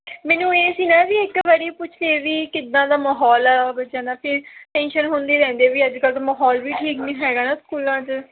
ਮੈਨੂੰ ਇਹ ਸੀ ਨਾ ਜੀ ਇੱਕ ਵਾਰ ਪੁੱਛ ਕੇ ਵੀ ਕਿੱਦਾਂ ਦਾ ਮਾਹੌਲ ਬੱਚਿਆਂ ਦਾ ਫਿਰ ਟੈਂਸ਼ਨ ਹੁੰਦੀ ਰਹਿੰਦੀ ਵੀ ਅੱਜ ਕੱਲ੍ਹ ਮਾਹੌਲ ਵੀ ਠੀਕ ਨਹੀਂ ਹੈਗਾ ਨਾ ਸਕੂਲਾਂ 'ਚ